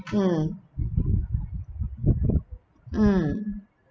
mm mm